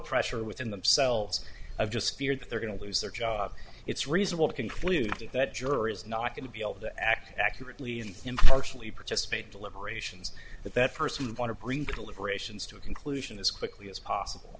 pressure within themselves i've just feared that they're going to lose their job it's reasonable to conclude that jury is not going to be able to act accurately and impartially participate deliberations that that person would want to bring deliberations to a conclusion as quickly as possible